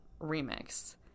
remix